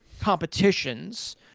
competitions